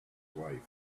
wife